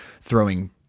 throwing